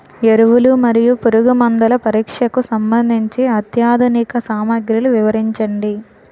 ఎరువులు మరియు పురుగుమందుల పరీక్షకు సంబంధించి అత్యాధునిక సామగ్రిలు వివరించండి?